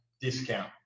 discount